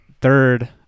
third